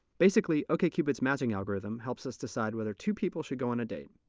basically, okcupid's matching algorithm helps us decide whether two people should go on a date.